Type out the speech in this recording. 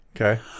Okay